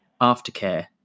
aftercare